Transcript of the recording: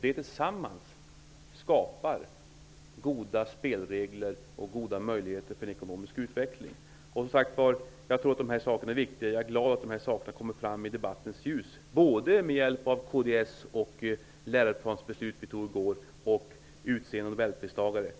Det tillsammans skapar goda spelregler och goda möjligheter för ekonomisk utveckling. Jag tror att dessa frågor är viktiga. Jag är glad att de kommer fram i debattens ljus med hjälp av kds, det läroplansbeslut som riksdagen fattade i går och utseende av nobelpristagare.